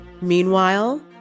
Meanwhile